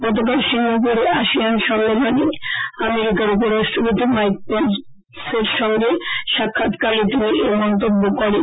গতকাল সিঙ্গাপুরে আশিয়ান সম্মেলনে আমেরিকার উপ রাষ্ট্রপতি মাইক পেনস এর সঙ্গে সাক্ষাৎকালে তিনি এ মন্তব্য করেন